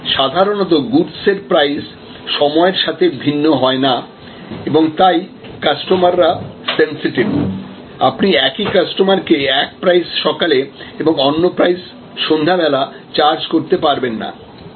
কিন্তু সাধারণত গুডস এর প্রাইস সময়ের সাথে ভিন্ন হয় না এবং তাই কাস্টমাররা সেনসিটিভ আপনি একই কাস্টমারকে এক প্রাইস সকালে এবং অন্য প্রাইস সন্ধা বেলা চার্জ করতে পারবেন না